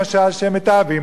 שהם מתעבים אותם.